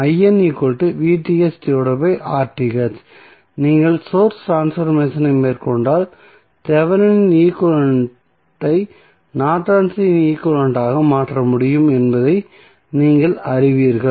and நீங்கள் source ட்ரான்ஸ்பர்மேசனை மேற்கொண்டால் தெவெனின் ஈக்வலன்ட் ஐ நார்டன்ஸ் ஈக்வலன்ட் ஆக மாற்ற முடியும் என்பதை நீங்கள் அறிந்து கொள்வீர்கள்